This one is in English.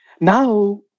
Now